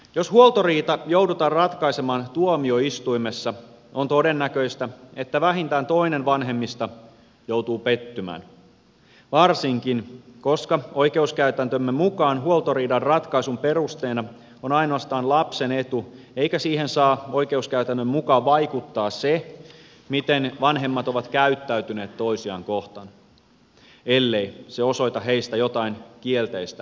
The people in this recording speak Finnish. jos huoltoriita joudutaan ratkaisemaan tuomio istuimessa on todennäköistä että vähintään toinen vanhemmista joutuu pettymään varsinkin koska oikeuskäytäntömme mukaan huoltoriidan ratkaisun perusteena on ainoastaan lapsen etu eikä siihen saa oikeuskäytännön mukaan vaikuttaa se miten vanhemmat ovat käyttäytyneet toisiaan kohtaan ellei se osoita heistä jotain kielteistä vanhempana